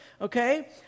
okay